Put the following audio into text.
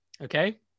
Okay